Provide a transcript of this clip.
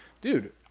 Dude